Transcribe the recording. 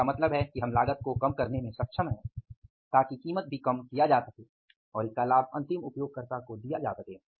तो इसका मतलब है कि हम लागत को कम करने में सक्षम हैं ताकि कीमत भी कम किया जा सके और लाभ अंतिम उपयोगकर्ता को दिया जा सके